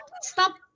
Stop